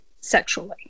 sexually